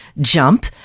jump